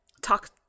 talk